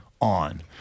on